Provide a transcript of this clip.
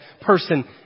person